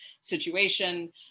situation